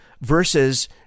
versus